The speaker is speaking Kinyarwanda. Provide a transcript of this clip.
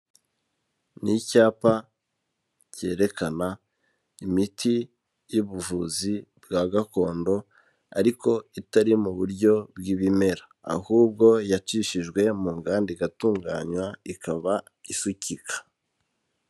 Ni icyapa cyerekana imiti y'ubuvuzi bwa gakondo, ariko itari mu buryo bw'ibimera, ahubwo yacishijwe mu nganda igatunganywa ikaba isukika.